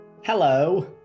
Hello